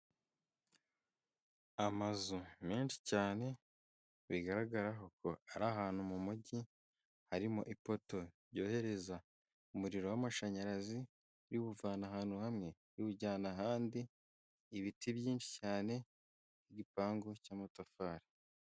Amazu menshi cyane bigaragarako ari ahantu mu mujyi harimo ipoto ryohereza umuriro w'amashanyarazi riwuvana ahantu hamwe riwujyana ahandi, ibiti byinshi ,cyane'igipangu cy'amatafari.